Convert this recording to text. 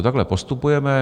Takhle postupujeme.